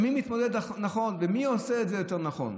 מי מתמודד נכון ומי עושה את זה יותר נכון.